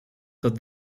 tot